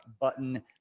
button